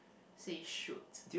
says should